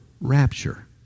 rapture